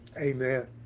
Amen